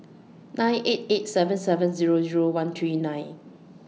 nine eight eight seven seven Zero Zero one three nine